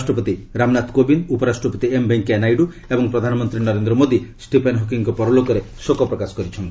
ରାଷ୍ଟ୍ରପତି ରାମନାଥ କୋବିନ୍ଦ ଉପରାଷ୍ଟ୍ରପତି ଏମ୍ ଭେଙ୍କୟା ନାଇଡୁ ଏବଂ ପ୍ରଧାନମନ୍ତ୍ରୀ ନରେନ୍ଦ୍ର ମୋଦି ଷ୍ଟିଫେନ୍ ହକିଙ୍ଗ୍ଙ୍କ ପରଲୋକରେ ଶୋକ ପ୍ରକାଶ କରିଛନ୍ତି